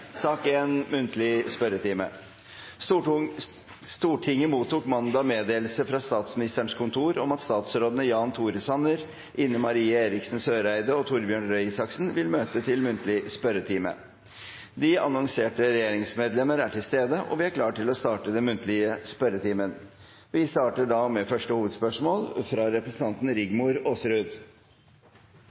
Stortinget mottok mandag meddelelse fra Statsministerens kontor om at statsrådene Jan Tore Sanner, Ine M. Eriksen Søreide og Torbjørn Røe Isaksen vil møte til muntlig spørretime. De annonserte regjeringsmedlemmer er til stede, og vi er klare til å starte den muntlige spørretimen. Vi starter med første hovedspørsmål, fra representanten Rigmor Aasrud.